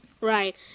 Right